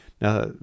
now